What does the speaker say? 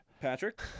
Patrick